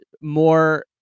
more